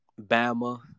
Bama